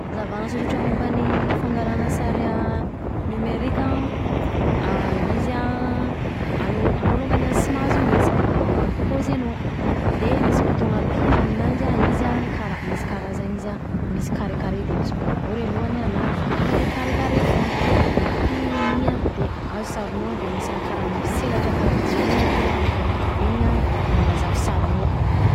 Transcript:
Fanazavana sosotra momba ny fangalana sary nomerika,a izy an, anao longanay any tsy mahazo mihetsika, magnano pôzy anao, de misy botogna pihana aminazy an misy karazany izy an ,misy karekare de misy boribory i lohany an na tonga de karekare fogna, de pihina iny an, de azo sarinao, an de misy raha karaha miselatra karaha jiro iny akeo an, iny an manazava i sarinao.